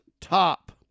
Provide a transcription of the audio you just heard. top